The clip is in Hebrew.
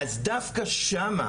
אז דווקא שם,